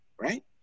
Right